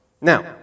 Now